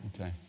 Okay